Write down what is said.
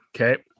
okay